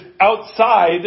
outside